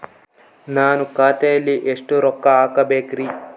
ನಾನು ಖಾತೆಯಲ್ಲಿ ಎಷ್ಟು ರೊಕ್ಕ ಹಾಕಬೇಕ್ರಿ?